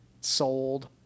sold